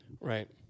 Right